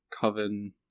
coven